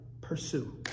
pursue